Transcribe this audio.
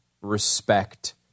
respect